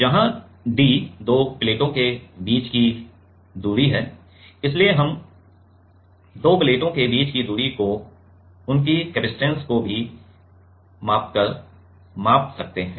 जहाँ d दो प्लेटों के बीच की दूरी है और इसलिए हम दो प्लेटों के बीच की दूरी को उनकी कपसिटंस को भी मापकर माप सकते हैं